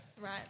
Right